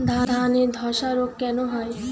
ধানে ধসা রোগ কেন হয়?